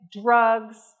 drugs